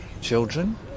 children